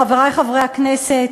חברי חברי הכנסת,